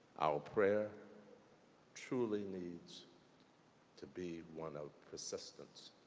our prayer truly needs to be one of persistence.